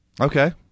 Okay